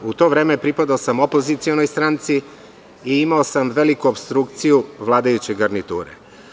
U to vreme pripadao sam opozicionoj stranci i imao sam veliku opstrukciju vladajuće garniture.